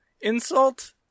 insult